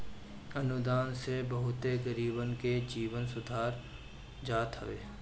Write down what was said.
अनुदान से बहुते गरीबन के जीवन सुधार जात हवे